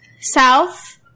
South